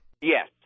Yes